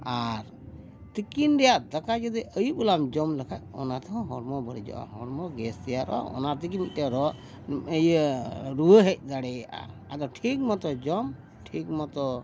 ᱟᱨ ᱛᱤᱠᱤᱱ ᱨᱮᱱᱟᱜ ᱫᱟᱠᱟ ᱡᱩᱫᱤ ᱟᱹᱭᱩᱵ ᱵᱮᱞᱟᱢ ᱡᱚᱢ ᱞᱮᱠᱷᱟᱱ ᱚᱱᱟ ᱛᱮᱦᱚᱸ ᱦᱚᱲᱢᱚ ᱵᱟᱹᱲᱤᱡᱚᱜᱼᱟ ᱦᱚᱲᱢᱚ ᱜᱮᱥ ᱛᱮᱭᱟᱨᱚᱜᱼᱟ ᱚᱱᱟ ᱛᱮᱜᱮ ᱢᱤᱫᱴᱮᱡ ᱨᱳᱜᱽ ᱤᱭᱟᱹ ᱨᱩᱣᱟᱹ ᱦᱮᱡ ᱫᱟᱲᱮᱭᱟᱜᱼᱟ ᱟᱫᱚ ᱴᱷᱤᱠ ᱢᱚᱛᱚ ᱡᱚᱢ ᱴᱷᱤᱠ ᱢᱚᱛᱚ